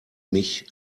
mich